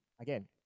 again